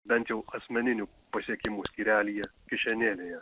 bent jau asmeninių pasiekimų skyrelyje kišenėlėje